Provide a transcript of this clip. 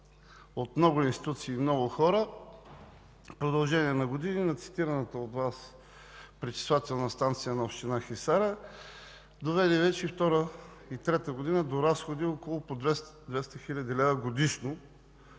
от много институции и хора в продължение на години на цитираната от Вас пречиствателна станция на община Хисаря доведе вече втора и трета година до разходи от около по 200 хил. лв. годишно,